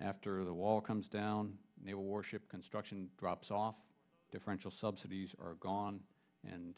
after the wall comes down there warship construction drops off differential subsidies are gone and